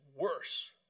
worse